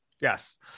Yes